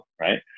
right